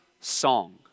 song